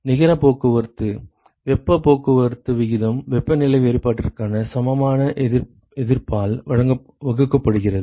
நிகர போக்குவரத்து வெப்பப் போக்குவரத்து விகிதம் வெப்பநிலை வேறுபாட்டிற்கு சமமான எதிர்ப்பால் வகுக்கப்படுகிறது